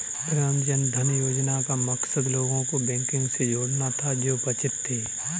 प्रधानमंत्री जन धन योजना का मकसद लोगों को बैंकिंग से जोड़ना था जो वंचित थे